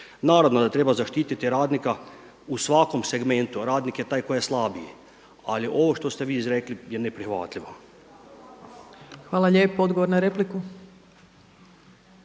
Naravno da treba zaštititi radnika u svakom segmentu, a radnik je taj koji je slabiji. Ali ovo što ste vi izrekli je neprihvatljivo. **Opačić, Milanka